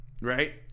right